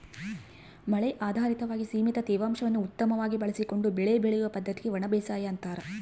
ಮಳೆ ಆಧಾರಿತವಾಗಿ ಸೀಮಿತ ತೇವಾಂಶವನ್ನು ಉತ್ತಮವಾಗಿ ಬಳಸಿಕೊಂಡು ಬೆಳೆ ಬೆಳೆಯುವ ಪದ್ದತಿಗೆ ಒಣಬೇಸಾಯ ಅಂತಾರ